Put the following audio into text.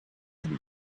them